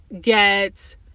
get